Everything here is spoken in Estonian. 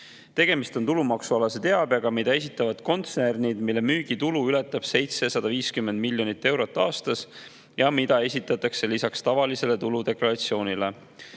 Tegemist on tulumaksualase teabega, mida esitavad kontsernid, mille müügitulu ületab 750 miljonit eurot aastas. Seda esitatakse lisaks tavalisele tuludeklaratsioonile.